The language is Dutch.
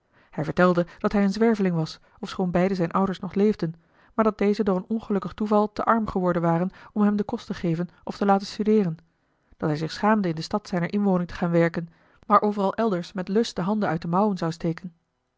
hij vertelde dat hij een zwerveling was ofschoon beide zijne ouders nog leefden maar dat deze door een ongelukkig toeval te arm geworden waren om hem den kost te geven of te laten studeeren dat hij zich schaamde in de stad zijner inwoning te gaan werken maar overal elders met lust de handen uit de mouwen zou steken